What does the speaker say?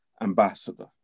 ambassador